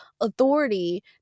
authority